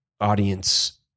audience